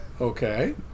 Okay